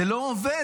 זה לא עובד.